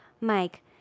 Mike